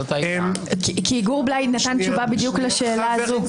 כי גור בליי נתן תשובה בדיוק לשאלה הזו.